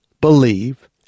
believe